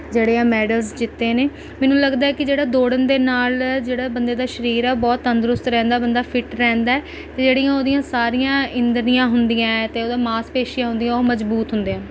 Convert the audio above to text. ਜਿਹੜੇ ਆ ਮੈਡਲਸ ਜਿੱਤੇ ਨੇ ਮੈਨੂੰ ਲੱਗਦਾ ਕਿ ਜਿਹੜਾ ਦੌੜਨ ਦੇ ਨਾਲ ਜਿਹੜਾ ਬੰਦੇ ਦਾ ਸਰੀਰ ਆ ਉਹ ਬਹੁਤ ਤੰਦਰੁਸਤ ਰਹਿੰਦਾ ਬੰਦਾ ਫਿੱਟ ਰਹਿੰਦਾ ਅਤੇ ਜਿਹੜੀਆਂ ਉਹਦੀਆਂ ਸਾਰੀਆਂ ਇੰਦਰੀਆਂ ਹੁੰਦੀਆਂ ਅਤੇ ਉਹਦਾ ਮਾਸਪੇਸ਼ੀਆਂ ਹੁੰਦੀਆਂ ਉਹ ਮਜ਼ਬੂਤ ਹੁੰਦੀਆਂ